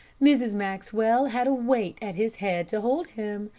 mrs. maxwell had a weight at his head to hold him,